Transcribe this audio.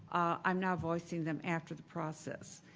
i'm not voicing them after the process.